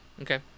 Okay